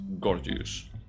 gorgeous